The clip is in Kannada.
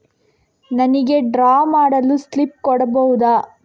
ನನಿಗೆ ಡ್ರಾ ಮಾಡಲು ಸ್ಲಿಪ್ ಕೊಡ್ಬಹುದಾ?